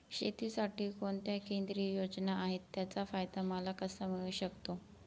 शेतीसाठी कोणत्या केंद्रिय योजना आहेत, त्याचा फायदा मला कसा मिळू शकतो?